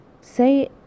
say